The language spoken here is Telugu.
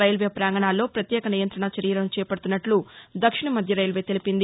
రైల్వే ప్రాంగణాల్లో పత్యేక నియంతణ చర్యలను చేపడుతున్నట్లు దక్షిణ మధ్య రైల్వే తెలిపింది